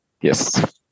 Yes